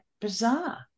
bizarre